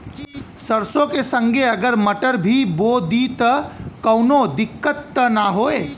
सरसो के संगे अगर मटर भी बो दी त कवनो दिक्कत त ना होय?